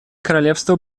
королевство